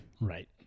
Right